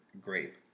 grape